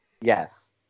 Yes